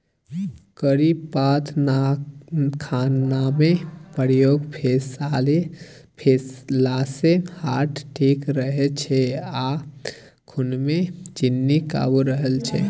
करी पात खानामे प्रयोग भेलासँ हार्ट ठीक रहै छै आ खुनमे चीन्नी काबू रहय छै